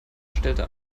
stellte